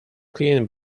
clean